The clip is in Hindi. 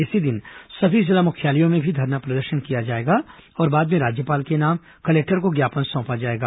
इसी दिन सभी जिला मुख्यालयों में भी धरना प्रदर्शन किया जाएगा और बाद में राज्यपाल के नाम कलेक्टर को ज्ञापन सौंपा जाएगा